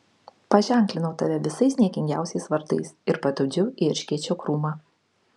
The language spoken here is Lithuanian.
paženklinau tave visais niekingiausiais vardais ir patupdžiau į erškėčio krūmą